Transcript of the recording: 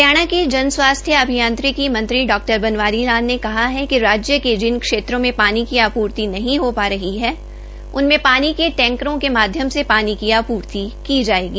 हरियाणा के जनस्वास्थ्य अभियांत्रिकी मंत्री डा बनवारी लाल ने कहा कि राज्य के जिन क्षेत्रों में पानी की आपूर्ति नहीं हो पा रही है उनमें पानी के टैंकरों के माध्यम से पानी की आपूर्ति की जाएगी